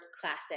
classic